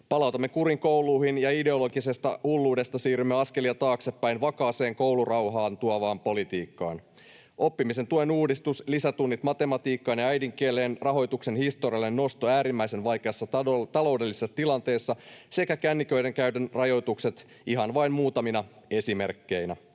Palautamme kurin kouluihin, ja ideologisesta hulluudesta siirrymme askelia taaksepäin, vakaaseen koulurauhaa tuovaan politiikkaan — oppimisen tuen uudistus, lisätunnit matematiikkaan ja äidinkieleen, rahoituksen historiallinen nosto äärimmäisen vaikeassa taloudellisessa tilanteessa sekä kännyköiden käytön rajoitukset ihan vain muutamina esimerkkeinä.